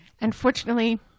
Unfortunately